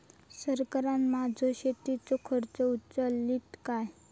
सरकार माझो शेतीचो खर्च उचलीत काय?